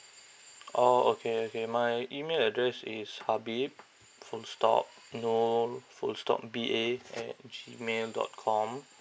orh okay okay my email address is habib full stop noor full stop B A at G mail dot com